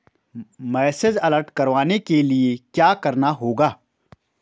Message alert करवाने के लिए क्या करना होगा?